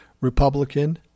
Republican